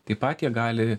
taip pat jie gali